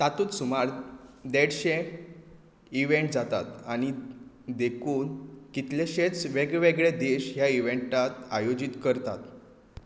तातूंत सुमार देडशें इव्हँट जातात आनी देखून कितलेशेच वेगवेगळे देश ह्या इव्हँटांत आयोजीत करतात